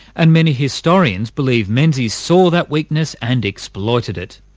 and many historians believe menzies saw that weakness and exploited it.